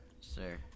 Sir